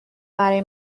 برای